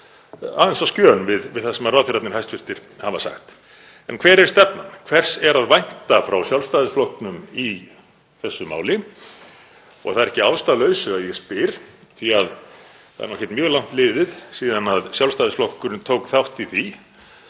aðeins á skjön við það sem hæstv. ráðherrar hafa sagt. En hver er stefnan? Hvers er að vænta frá Sjálfstæðisflokknum í þessu máli? Það er ekki að ástæðulausu að ég spyr því að það er ekkert mjög langt liðið síðan Sjálfstæðisflokkurinn tók þátt í því